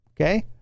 Okay